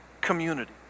community